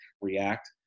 react